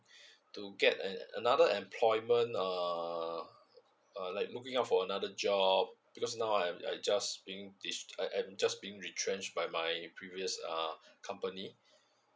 to get a another employment uh uh like looking out for another job because now I'm I'm just being I'm I'm just being retrench by my previous um company